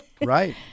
Right